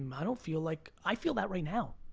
um i don't feel like, i feel that right now.